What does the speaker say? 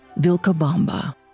Vilcabamba